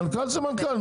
מנכ"ל זה מנכ"ל,